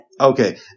Okay